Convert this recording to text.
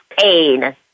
pain